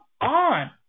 on